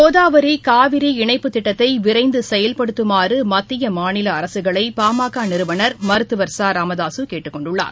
கோதாவரி காவிரி இணைப்புத் திட்டத்தை விரைந்து செயல்படுத்தமாறு மத்திய மாநில அரசுகளை பாமக நிறுவனர் மருத்துவர் ச ராமதாசு கேட்டுக்கொண்டுள்ளார்